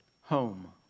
Home